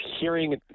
hearing